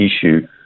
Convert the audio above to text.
issue